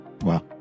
Wow